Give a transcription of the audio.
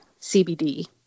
CBD